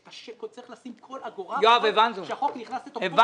צריך לשים כל אגורה כשהחוק נכנס לתוקפו --- יואב,